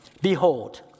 Behold